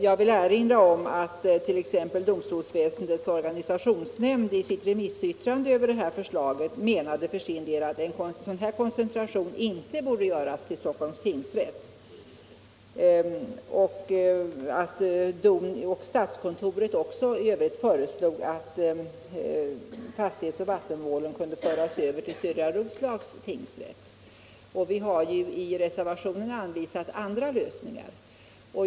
Jag vill erinra om att t.ex. domstolsväsendets organisationsnämnd i sitt remissyttrande över det här förslaget för sin del menade att en sådan här koncentration inte borde göras till Stockholms tingsrätt. DON och statskontoret föreslog i övrigt att fastighetsoch vattenmålen kunde överföras till Södra Roslags tingsrätt. Vi har i reservationerna anvisat andra lösningar.